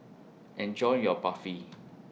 Enjoy your Barfi